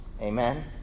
Amen